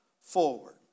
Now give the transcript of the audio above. forward